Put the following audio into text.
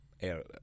air